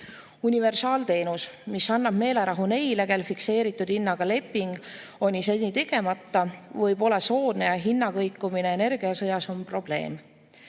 universaalteenus, mis annab meelerahu neile, kel fikseeritud hinnaga leping oli seni tegemata või polnud soodne. Hinna kõikumine energiasõjas on probleem.